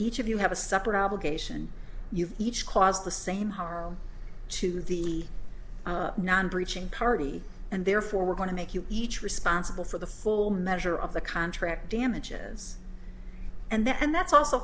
each of you have a separate obligation you each cause the same harm to the non breaching party and therefore we're going to make you each responsible for the full measure of the contract damages yes and that's also